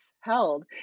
held